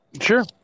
Sure